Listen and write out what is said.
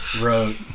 wrote